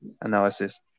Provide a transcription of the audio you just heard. analysis